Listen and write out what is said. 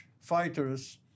fighters